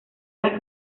las